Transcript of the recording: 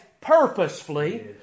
purposefully